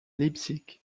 leipzig